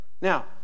Now